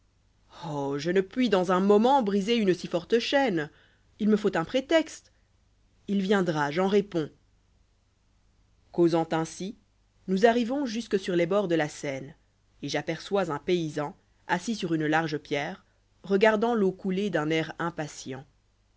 oh je ne puis dans un moment briser une si forte chaîne su nie faut uïï prétexte il viendra j'en réponds causant ainsi nous arrivons busqué sur les bords de la seine et j'aperçois uïï paysan assis sur une large pierre regardant veau couler d'un aïs impatient